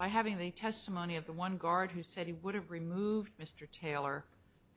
by having the testimony of the one guard who said he would have removed mr taylor